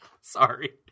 Sorry